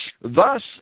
Thus